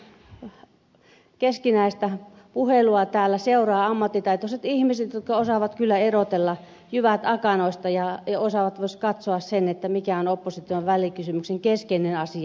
tätä meidän keskinäistä puheluamme täällä seuraa ammattitaitoiset ihmiset jotka osaavat kyllä erotella jyvät akanoista ja osaavat myös katsoa sen mikä on opposition välikysymyksen keskeinen asia